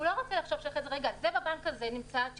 הוא לא רוצה לחשוב שזה נמצא בבנק הזה,